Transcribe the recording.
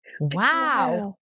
Wow